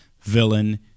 villain